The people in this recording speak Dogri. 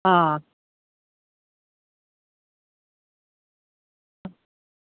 आं